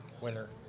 winner